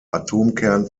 atomkern